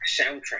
soundtrack